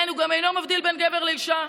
הוא גם אינו מבדיל בין גבר לאישה.